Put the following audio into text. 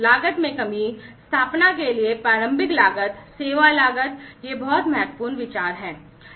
लागत में कमी स्थापना के लिए प्रारंभिक लागत सेवा लागत ये बहुत महत्वपूर्ण विचार हैं